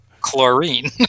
Chlorine